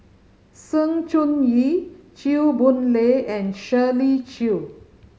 Sng Choon Yee Chew Boon Lay and Shirley Chew